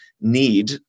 need